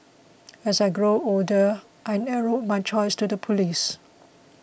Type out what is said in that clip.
as I grew older I narrowed my choice to the police